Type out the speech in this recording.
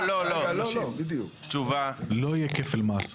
לא יהיה כפל מס,